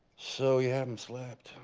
so you haven't slept,